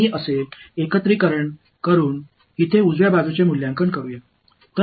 இதை இப்படி நான் கூட்டி இங்கே வலது புறத்தை மதிப்பீடு செய்யப்போகிறேன்